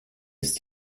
ist